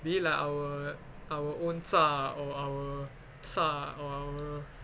be it like our our own zha or our sa or our